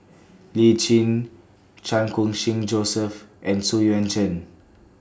Lee Tjin Chan Khun Sing Joseph and Xu Yuan Zhen